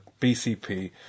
BCP